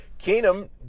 Keenum